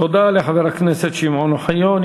תודה לחבר הכנסת שמעון אוחיון.